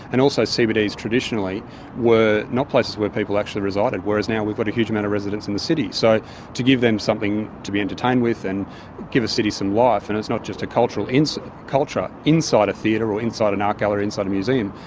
and also cbds traditionally were not places where people actually resided, whereas now we've got but a huge amount of residents in the city. so to give them something to be entertained with and give a city some life and it's not just a culture inside culture inside a theatre or inside an art gallery, inside a museum,